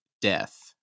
death